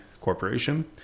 Corporation